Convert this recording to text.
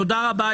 תודה רבה.